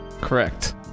Correct